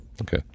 okay